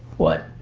what?